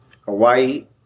Hawaii